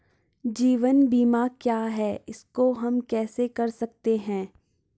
जीवन बीमा क्या है इसको हम कैसे कर सकते हैं?